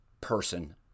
person